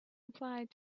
applied